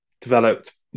developed